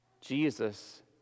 Jesus